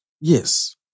Yes